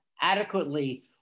adequately